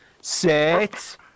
sit